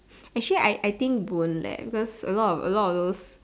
actually I I think don't let cause a lot a lot of those